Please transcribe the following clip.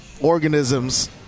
organisms